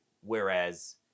whereas